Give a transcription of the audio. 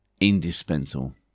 indispensable